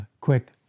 quick